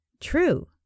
True